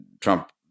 Trump